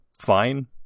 fine